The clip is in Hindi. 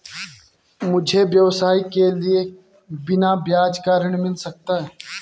मुझे व्यवसाय के लिए बिना ब्याज का ऋण मिल सकता है?